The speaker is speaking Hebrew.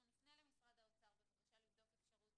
אנחנו נפנה למשרד האוצר בבקשה לבדוק אפשרות